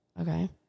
Okay